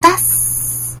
das